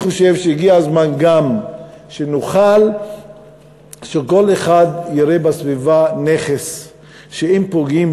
אני חושב שהגיע הזמן גם שכל אחד יראה בסביבה נכס שאם פוגעים